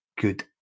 good